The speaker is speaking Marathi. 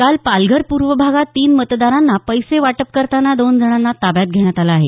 काल पालघर पूर्व भागात तीन मतदारांना पैसे वाटप करताना दोन जणांना ताब्यात घेण्यात आलं आहे